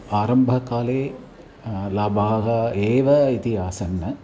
आरम्भकाले लाभाः एव इति आसन्